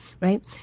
right